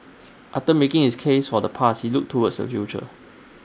after making his case for the past he looked towards the future